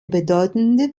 bedeutende